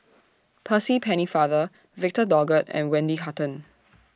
Percy Pennefather Victor Doggett and Wendy Hutton